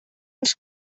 ens